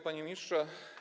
Panie Ministrze!